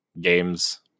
games